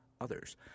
others